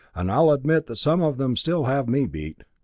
and i'll admit that some of them still have me beat.